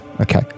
Okay